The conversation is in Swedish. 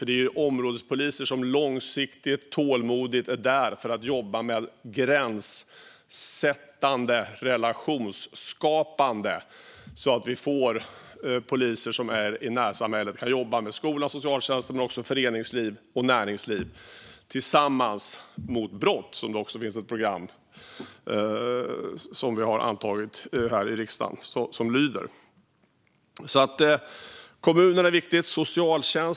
Det behövs områdespoliser som långsiktigt och tålmodigt jobbar med gränssättande relationsskapande. Det behövs poliser som finns i närsamhället och som tillsammans med skolan, socialtjänsten, föreningslivet och näringslivet jobbar mot brott. Det finns också ett sådant program som vi har antagit här i riksdagen. Kommunerna och socialtjänsten är alltså viktiga.